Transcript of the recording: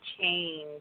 change